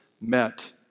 met